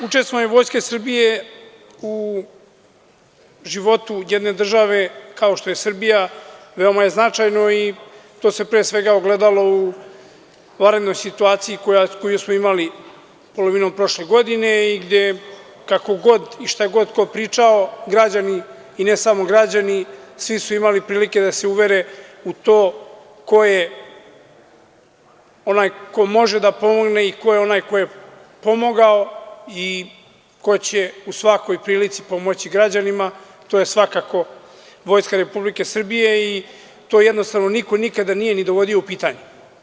Učestvovanje Vojske Srbije u životu jedne države kao što je Srbija veoma je značajno i to se pre svega ogledalo u vanrednoj situaciji koju smo imali polovinom prošle godine, gde su građani, kako god i šta god ko pričao, i ne samo građani, svi su imali prilike da se uvere u to ko je onaj ko može da pomogne i ko je onaj ko je pomogao i ko će u svakoj prilici pomoći građanima, a to je svakako Vojska Republike Srbije i to jednostavno niko nikada nije ni dovodio u pitanje.